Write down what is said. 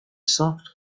soft